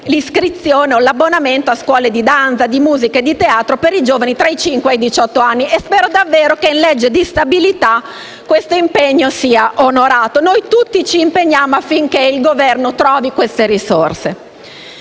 l'iscrizione o l'abbonamento a scuole di danza, di musica o di teatro per i giovani tra i cinque e i diciotto anni e spero davvero che in legge di stabilità questo impegno sia onorato; noi tutti ci impegniamo affinché il Governo trovi queste risorse.